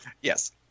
Yes